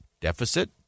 deficit